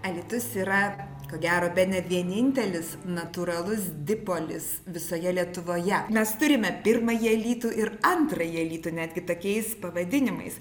alytus yra ko gero bene vienintelis natūralus dipolis visoje lietuvoje mes turime pirmąjį alytų ir antrąjį alytų netgi tokiais pavadinimais